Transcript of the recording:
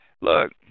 Look